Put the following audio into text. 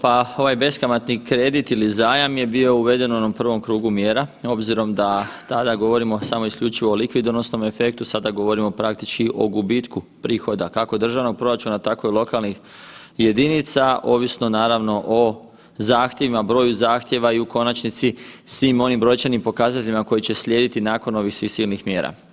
Pa ovaj beskamatni kredit ili zajam je bio uveden u onom prvom krugu mjera, obzirom da tada govorimo samo isključivo o likvidonosnom efektu, sada govorimo praktički o gubitku prihoda kako državnog proračuna tako i lokalnih jedinica, ovisno naravno o zahtjevima, broju zahtjeva i svim onim brojčanim pokazateljima koji će slijediti nakon ovih svih silnih mjera.